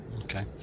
Okay